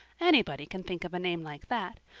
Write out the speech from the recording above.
anybody can think of a name like that.